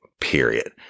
Period